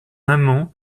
amant